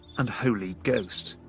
and holy ghost.